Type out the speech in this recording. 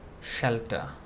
shelter